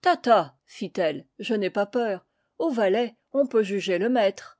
ta ta fit-elle je n'ai pas peur au valet on peut juger le maître